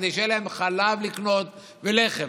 כדי שיהיה להם לקנות חלב ולחם.